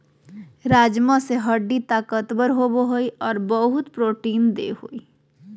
राजमा से हड्डी ताकतबर होबो हइ और बहुत प्रोटीन देय हई